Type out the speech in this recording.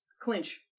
Clinch